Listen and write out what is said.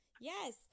Yes